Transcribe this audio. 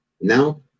now